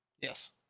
Yes